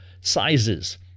sizes